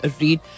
read